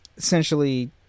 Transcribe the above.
Essentially